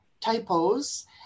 typos